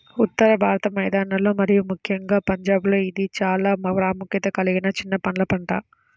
ఉత్తర భారత మైదానాలలో మరియు ముఖ్యంగా పంజాబ్లో ఇది చాలా ప్రాముఖ్యత కలిగిన చిన్న పండ్ల పంట